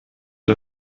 der